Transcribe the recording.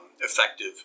effective